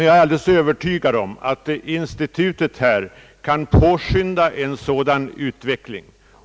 Jag är övertygad om att institutet kan påskynda en sådan utveckling.